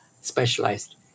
specialized